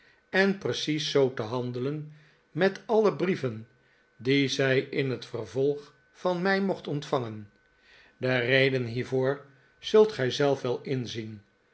en precies zoo te handelen met alle brieven die zij in het vervolg van mij mocht ontvangen de reden hiervoor zult gij zelf wel inzien